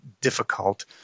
difficult